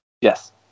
Yes